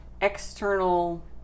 external